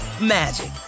magic